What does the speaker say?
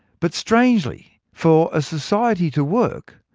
but strangely, for a society to work,